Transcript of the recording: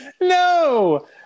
No